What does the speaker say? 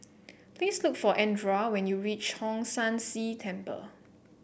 please look for Andra when you reach Hong San See Temple